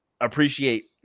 appreciate